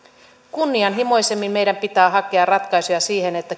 kunnianhimoisemmin meidän pitää hakea ratkaisuja siihen että